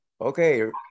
Okay